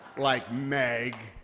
like meg,